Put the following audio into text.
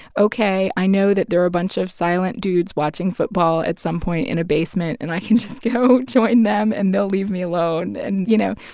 ok, i know that there are a bunch of silent dudes watching football at some point in a basement, and i can just go join them, and they'll leave me alone and, you know,